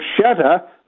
shatter